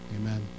amen